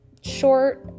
short